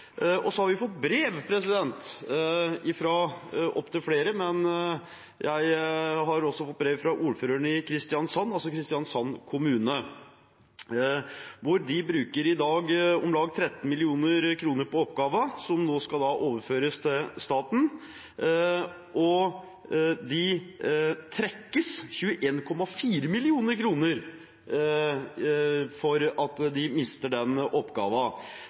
står. Så har vi fått brev fra opptil flere, og jeg har også fått brev fra ordføreren i Kristiansand kommune. Der bruker de i dag om lag 13 mill. kr på oppgaven som nå skal overføres til staten, og de trekkes 21,4 mill. kr for at de mister den